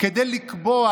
כדי לקבוע